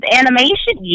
animation